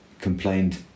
complained